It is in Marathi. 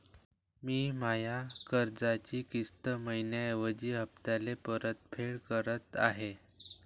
मी माया कर्जाची किस्त मइन्याऐवजी हप्त्याले परतफेड करत आहे